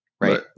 Right